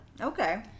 Okay